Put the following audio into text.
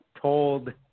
told